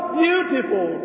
beautiful